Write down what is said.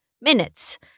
minutes